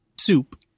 soup